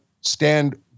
stand